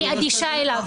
אני אדישה אליו.